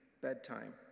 bedtime